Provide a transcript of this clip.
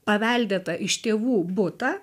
paveldėtą iš tėvų butą